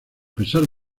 pesar